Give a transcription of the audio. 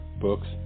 Books